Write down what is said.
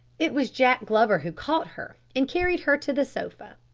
it was jack glover who caught her and carried her to the sofa.